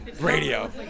radio